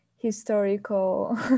historical